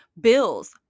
bills